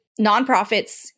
nonprofits